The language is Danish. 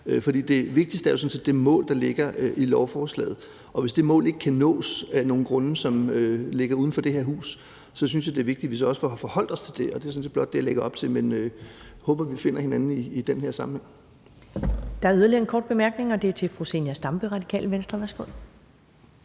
For det vigtigste er jo sådan set det mål, der ligger i lovforslaget. Og hvis det mål ikke kan nås af nogle grunde, som ligger uden for det her hus, synes jeg, det er vigtigt, at vi så også får forholdt os til det. Og det er sådan set blot det, jeg lægger op til. Men jeg håber, vi finder hinanden i den her sammenhæng. Kl. 15:10 Første næstformand (Karen Ellemann): Der er yderligere en kort bemærkning, og det er fra fru Zenia Stampe, Radikale Venstre. Værsgo.